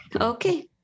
Okay